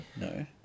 No